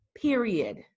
period